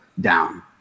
down